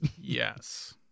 Yes